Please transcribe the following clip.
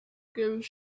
gives